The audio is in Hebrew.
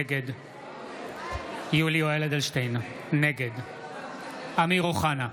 נגד יולי יואל אדלשטיין, נגד אמיר אוחנה,